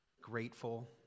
grateful